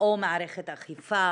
או מערכת אכיפה